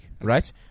Right